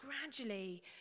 gradually